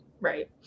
Right